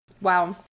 Wow